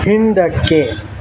ಹಿಂದಕ್ಕೆ